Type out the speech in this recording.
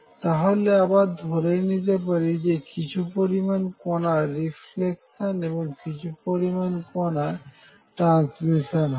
তাহলে আবার আমরা ধরে নিতে পারি যে কিছু পরিমাণ কনার রিফ্লেকশন এবং কিছু পরিমাণ কনার ট্রানস্মিশন হবে